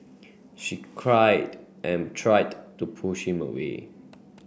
she cried and tried to push him away